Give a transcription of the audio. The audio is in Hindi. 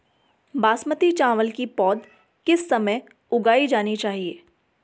बासमती चावल की पौध किस समय उगाई जानी चाहिये?